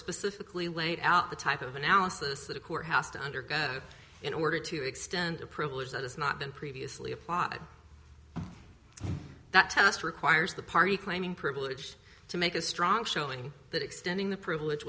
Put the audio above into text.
specifically laid out the type of analysis that a court has to undergo in order to extend a privilege that has not been previously applied that test requires the party claiming privilege to make a strong showing that extending the privilege